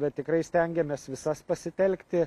bet tikrai stengiamės visas pasitelkti